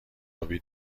آبی